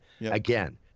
Again